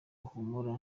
humura